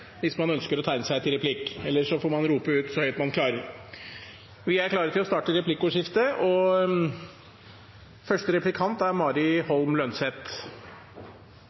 hvis man ønsker å tegne seg til replikk. Ellers får man rope ut så høyt man klarer. Vi er klare til å starte replikkordskiftet, og første replikant er Mari Holm Lønseth.